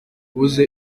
ubuze